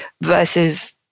versus